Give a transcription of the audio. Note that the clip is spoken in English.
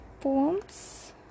poems